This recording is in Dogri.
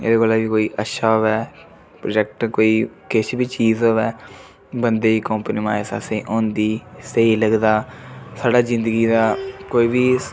एह्दे कोला बी कोई अच्छा होऐ प्रोजैक्ट कोई किश बी चीज़ होऐ बन्दे गी कोंप्रिमाइज़ असेंगी औंदी स्हेई लगदा साढ़ा जिंदगी दा कोई बी